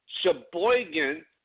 Sheboygan